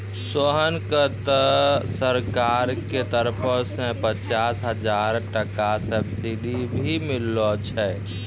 सोहन कॅ त सरकार के तरफो सॅ पचास हजार टका सब्सिडी भी मिललो छै